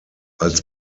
als